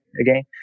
again